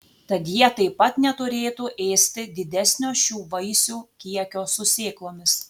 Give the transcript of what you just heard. tad jie taip pat neturėtų ėsti didesnio šių vaisių kiekio su sėklomis